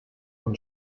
und